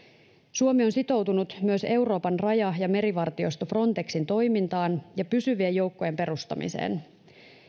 suomi on sitoutunut myös euroopan raja ja merivartiosto frontexin toimintaan ja pysyvien joukkojen perustamiseen